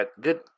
good